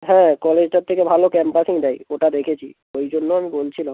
হ্যাঁ কলেজটার থেকে ভালো ক্যাম্পাসিং দেয় ওটা দেখেছি ওই জন্য আমি বলছিলাম